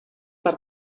per